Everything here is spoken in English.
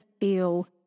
feel